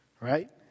right